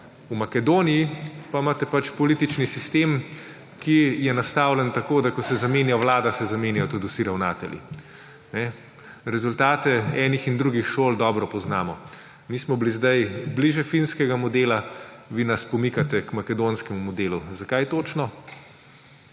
V Makedoniji pa imate pač politični sistem, ki je nastavljen tako, da ko se zamenja vlada, se zamenjajo tudi vsi ravnatelji. Rezultate enih in drugih šol dobro poznamo. Mi smo bili zdaj bližje finskega modela, vi nas pomikate k makedonskemu modelu. Zakaj točno?